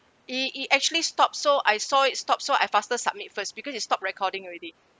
it it actually stopped so I saw it stopped so I faster submit first because it stopped recording already